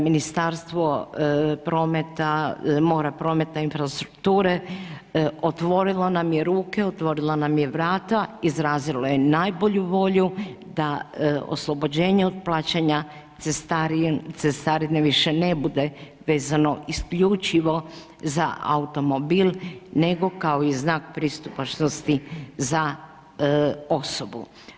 Ministrstvo mora, prometa i infrastrukture otvorilo nam je ruke, otvorilo nam je vrata, izrazilo je najbolju volju da oslobođenje od plaćanja cestarine više ne bude vezano isključivo za automobil nego kao i znak pristupačnosti za osobu.